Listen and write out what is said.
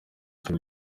cy’u